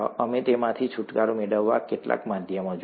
અમે તેમાંથી છૂટકારો મેળવવાના કેટલાક માધ્યમો જોયા